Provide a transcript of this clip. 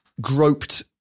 groped